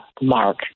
Mark